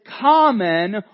common